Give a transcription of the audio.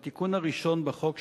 התשע"ב-2011,